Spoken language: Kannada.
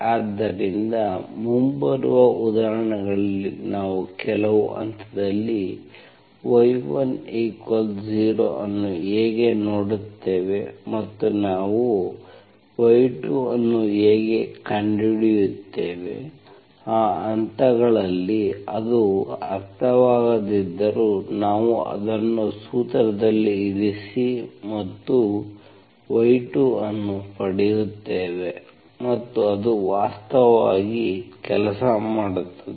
ಆದ್ದರಿಂದ ಮುಂಬರುವ ಉದಾಹರಣೆಗಳಲ್ಲಿ ನಾವು ಕೆಲವು ಹಂತದಲ್ಲಿ y10 ಅನ್ನು ಹೇಗೆ ನೋಡುತ್ತೇವೆ ಮತ್ತು ನಾವು y2 ಅನ್ನು ಹೇಗೆ ಕಂಡುಹಿಡಿಯುತ್ತೇವೆ ಆ ಹಂತಗಳಲ್ಲಿ ಅದು ಅರ್ಥವಾಗದಿದ್ದರೂ ನಾವು ಅದನ್ನು ಸೂತ್ರದಲ್ಲಿ ಇರಿಸಿ ಮತ್ತು y2 ಅನ್ನು ಪಡೆಯುತ್ತೇವೆ ಮತ್ತು ಅದು ವಾಸ್ತವವಾಗಿ ಕೆಲಸ ಮಾಡುತ್ತದೆ